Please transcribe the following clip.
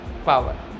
Power